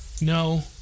No